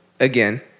Again